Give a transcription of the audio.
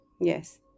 Yes